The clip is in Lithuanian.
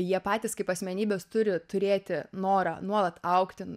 jie patys kaip asmenybės turi turėti norą nuolat augti